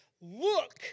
Look